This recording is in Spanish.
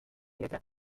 letras